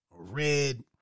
Red